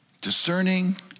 Discerning